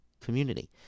community